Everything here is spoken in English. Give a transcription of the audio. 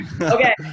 Okay